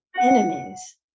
enemies